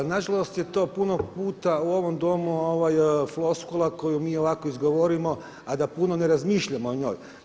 Nažalost je to puno puta u ovom domu a ovo je floskula koju mi ovako izgovorimo a da puno ne razmišljamo o njoj.